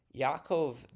Yaakov